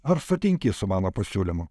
ar sutinki su mano pasiūlymu